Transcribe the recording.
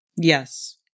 yes